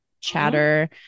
chatter